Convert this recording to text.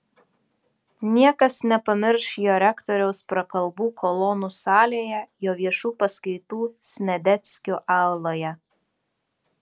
niekas nepamirš jo rektoriaus prakalbų kolonų salėje jo viešų paskaitų sniadeckių auloje